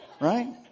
right